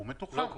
הוא מתוחם,